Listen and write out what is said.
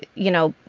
you know,